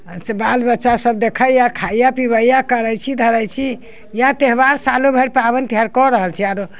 से बाल बच्चा सब देखैेए खाइए पीबैए करै छी धरै छी इएह त्यौहार सालोभरि पाबनि त्यौहार कऽ रहल छी आरो